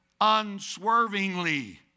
unswervingly